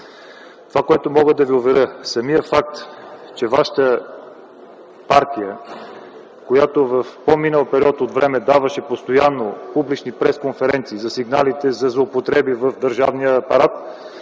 съвместно с НАП. Самият факт, че вашата партия, която в по-минал период от време даваше постоянно публични пресконференции за сигналите за злоупотреби в държавния апарат,